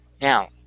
Now